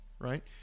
right